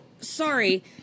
sorry